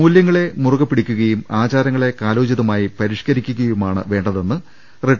മൂല്യങ്ങളെ മുറുകെ പിടിക്കുകയും ആചാരങ്ങളെ കാലോചിത മായി പരിഷ്കരിക്കുകയുമാണ് വേണ്ടതെന്ന് റിട്ട